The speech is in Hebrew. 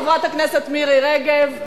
חברת הכנסת מירי רגב,